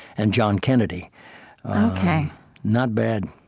and john kennedy ok not bad.